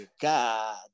God